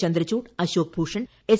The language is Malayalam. ചന്ദ്രചൂഡ് അശോക് ഭൂഷൺ എസ്